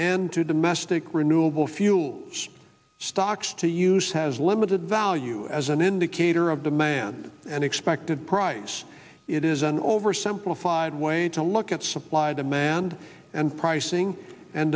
and to domestic renewable fuels stocks to use has limited value as an indicator of demand and expected price it is an over simplified way to look at supply demand and pricing and